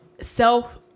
self